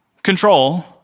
Control